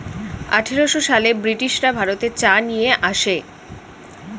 আঠারোশো সালে ব্রিটিশরা ভারতে চা নিয়ে আসে